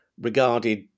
regarded